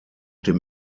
dem